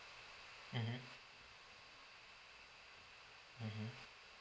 mmhmm mmhmm